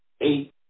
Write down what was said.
eight